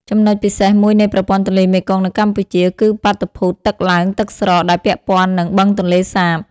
ចំណុចពិសេសមួយនៃប្រព័ន្ធទន្លេមេគង្គនៅកម្ពុជាគឺបាតុភូតទឹកឡើងទឹកស្រកដែលពាក់ព័ន្ធនឹង បឹងទន្លេសាប។